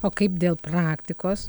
o kaip dėl praktikos